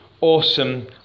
awesome